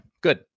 good